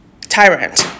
tyrant